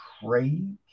Craig